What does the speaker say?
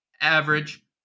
average